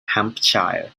hampshire